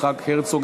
יצחק הרצוג,